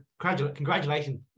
congratulations